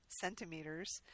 centimeters